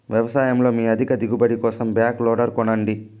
వ్యవసాయంలో మీ అధిక దిగుబడి కోసం బ్యాక్ లోడర్ కొనండి